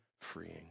freeing